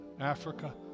Africa